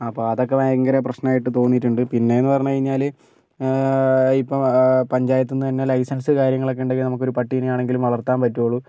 അപ്പം അതൊക്കേ ഭയങ്കര പ്രശ്നമായിട്ട് തോന്നിയിട്ടുണ്ട് പിനെയെന്ന് പറഞ്ഞ് കഴിഞ്ഞാൽ ഇപ്പം പഞ്ചായത്ത് നിന്ന് തന്നേ ലൈസൻസ് കാര്യങ്ങളൊക്കേ ഉണ്ടെങ്കിൽ നമുക്ക് ഒരു പട്ടിയെ ആണെങ്കിലും വളർത്താൻ പറ്റുകയുള്ളൂ